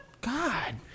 God